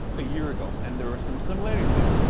a year ago, and there are some similarities there.